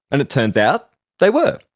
and it turns out they were.